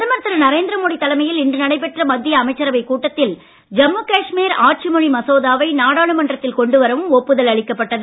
பிரதமர் திரு நரேந்திர மோடி தலைமையில் இன்று நடைபெற்ற மத்திய அமைச்சரவைக் கூட்டத்தில் ஜம்மு காஷ்மீர் ஆட்சி மொழி மசோதாவை நாடாளுமன்றதில் கொண்டு வரவும் ஒப்புதல் அளிக்கப்பட்டது